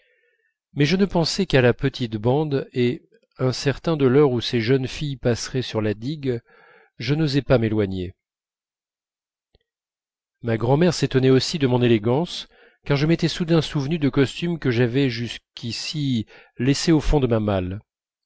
mais je ne pensais qu'à la petite bande et incertain de l'heure où ces jeunes filles passeraient sur la digue je n'osais pas m'éloigner ma grand'mère s'étonnait aussi de mon élégance car je m'étais soudain souvenu des costumes que j'avais jusqu'ici laissés au fond de ma malle